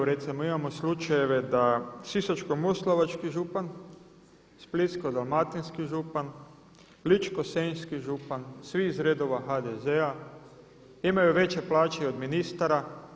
Recimo imamo slučajeve da Sisačko-moslavački župan, Splitsko-dalmatinski župan, Ličko-senjski župan svi iz redova HDZ-a imaju veće plaće i od ministara.